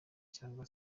cyangwa